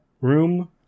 room